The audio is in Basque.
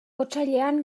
otsailean